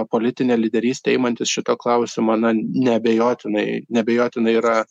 politinė lyderystė imantis šito klausimo na neabejotinai neabejotinai yra